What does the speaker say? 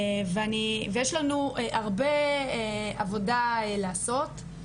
יש לנו הרבה עבודה לעשות,